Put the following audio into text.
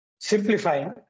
simplifying